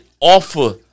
offer